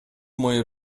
moje